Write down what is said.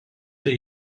tai